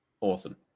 Awesome